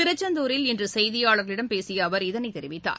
திருச்செந்தூரில் இன்று செய்தியாளர்களிடம் பேசிய அவர் இதனை தெரிவித்தார்